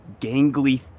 gangly